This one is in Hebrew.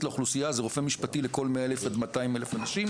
לאוכלוסייה זה רופא משפטי לכל 100,000 עד 200,000 אנשים.